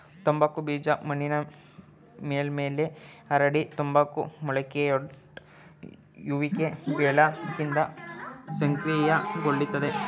ತಂಬಾಕು ಬೀಜ ಮಣ್ಣಿನ ಮೇಲ್ಮೈಲಿ ಹರಡಿ ತಂಬಾಕು ಮೊಳಕೆಯೊಡೆಯುವಿಕೆ ಬೆಳಕಿಂದ ಸಕ್ರಿಯಗೊಳ್ತದೆ